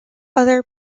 other